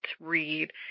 read